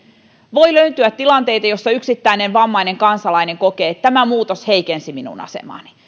voi löytyä tilanteita joissa yksittäinen vammainen kansalainen kokee että tämä muutos heikensi minun asemaani